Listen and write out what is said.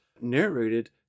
narrated